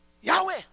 Yahweh